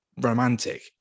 romantic